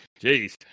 Jeez